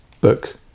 book